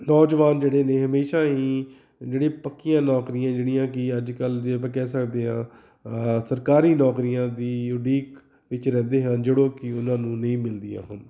ਨੌਜਵਾਨ ਜਿਹੜੇ ਨੇ ਹਮੇਸ਼ਾਂ ਹੀ ਜਿਹੜੀ ਪੱਕੀਆਂ ਨੌਕਰੀਆਂ ਜਿਹੜੀਆਂ ਕਿ ਅੱਜ ਕੱਲ੍ਹ ਜੇ ਆਪਾਂ ਕਹਿ ਸਕਦੇ ਹਾਂ ਸਰਕਾਰੀ ਨੌਕਰੀਆਂ ਦੀ ਉਡੀਕ ਵਿੱਚ ਰਹਿੰਦੇ ਹਨ ਜਿਹੜਾ ਕਿ ਉਹਨਾਂ ਨੂੰ ਨਹੀਂ ਮਿਲਦੀਆਂ ਹਨ